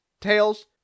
Tails